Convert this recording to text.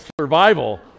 survival